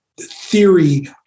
theory